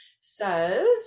says